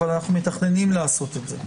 אבל אנו מתכננים לעשות זאת.